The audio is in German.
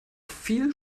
viel